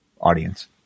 audience